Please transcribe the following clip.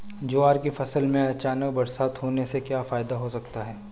ज्वार की फसल में अचानक बरसात होने से क्या फायदा हो सकता है?